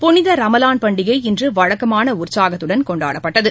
புனித ரமலான் பண்டிகை இன்று வழக்கமான உற்சாகத்துடன் கொண்டாடப்பட்டது